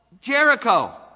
Jericho